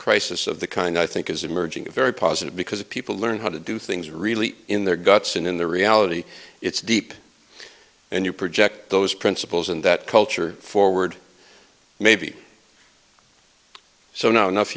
crisis of the kind i think is emerging very positive because people learn how to do things really in their guts and in the reality it's deep and you project those principles and that culture forward maybe so not enough